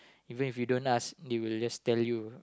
even if you don't ask they will just tell you